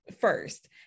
first